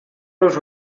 los